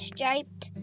Striped